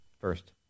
First